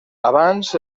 abans